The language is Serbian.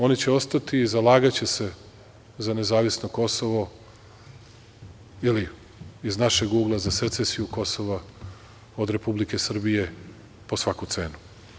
Oni će ostati i zalagaće se za nezavisno Kosovo ili, iz našeg ugla, za secesiju Kosova od Republike Srbije po svaku cenu.